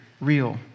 real